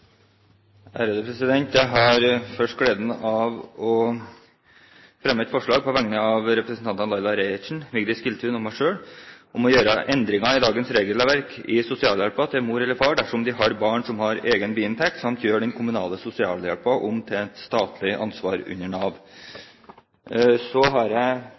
Jeg har først gleden av å fremme et forslag på vegne av representantene Laila Marie Reiertsen, Vigdis Giltun og meg selv om å gjøre endringer i dagens regelverk i sosialhjelpen til mor eller far dersom de har barn som har egen biinntekt, samt gjøre den kommunale sosialhjelpen om til et statlig ansvar under Nav. Så har jeg